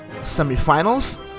Semifinals